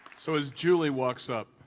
so as julie walks up,